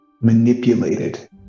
manipulated